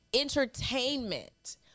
entertainment